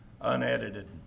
unedited